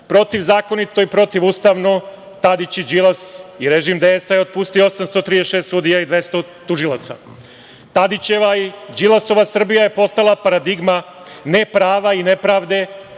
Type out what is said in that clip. Protivzakonito i protivustavno Tadić i Đilas i režim DS je otpustio 836 sudija i 200 tužilaca. Tadićeva i Đilasova Srbija je postala paradigma neprava i nepravde